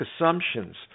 assumptions